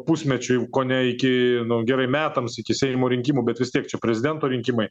pusmečiui kone iki nu gerai metams iki seimo rinkimų bet vis tiek čia prezidento rinkimai